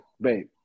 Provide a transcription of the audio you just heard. Babe